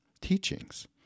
teachings